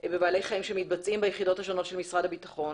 בבעלי חיים שמתבצעים ביחידות השונות של משרד הביטחון